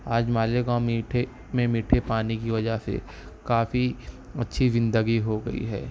آج مالیگاؤں میٹھے میں میٹھے پانی کی وجہ سے کافی اچھی زندگی ہو گئی ہے